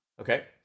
Okay